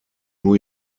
new